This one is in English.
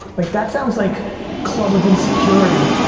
like that sounds like club of insecurity.